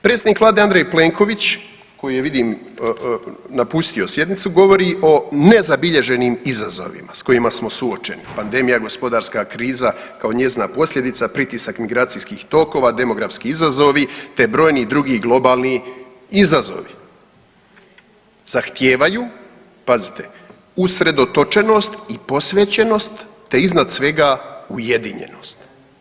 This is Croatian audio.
Predsjednik vlade Andrej Plenković koji je vidim napustio sjednicu govori o nezabilježenim izazovima s kojima smo suočeni, pandemija, gospodarska kriza kao njezina posljedica, pritisak migracijskih tokova, demografski izazovi, te brojni drugi globalni izazovi zahtijevaju, pazite, usredotočenost i posvećenost, te iznad svega ujedinjenost.